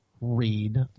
read